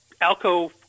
Alco